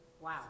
Wow